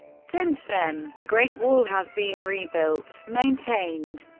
since then, the great wall has been rebuilt, maintained,